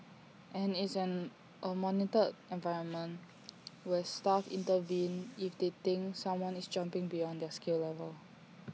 and it's A monitored environment where staff intervene if they think someone is jumping beyond their skill level